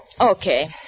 Okay